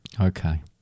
Okay